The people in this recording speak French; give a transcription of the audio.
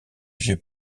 vieux